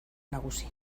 nagusi